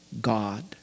God